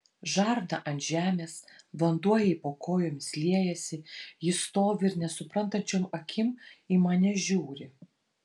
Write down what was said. žarna ant žemės vanduo jai po kojomis liejasi ji stovi ir nesuprantančiom akim į mane žiūri